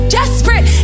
desperate